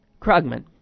Krugman